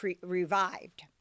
revived